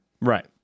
Right